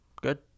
good